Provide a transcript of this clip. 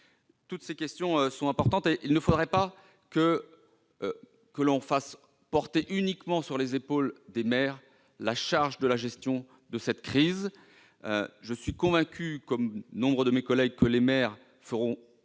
Toutes ces questions sont importantes. Il ne faudrait pas faire peser sur les épaules des seuls maires la charge de la gestion de cette crise. Je suis convaincu, comme nombre de mes collègues, que les maires mettront